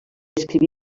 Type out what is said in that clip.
escriví